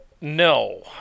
No